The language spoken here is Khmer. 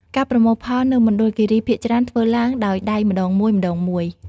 ការប្រមូលផលនៅមណ្ឌលគិរីភាគច្រើនធ្វើឡើងដោយដៃម្ដងមួយៗ។